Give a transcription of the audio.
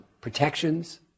protections